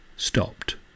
stopped